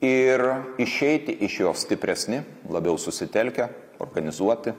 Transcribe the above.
ir išeiti iš jos stipresni labiau susitelkę organizuoti